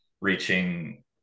reaching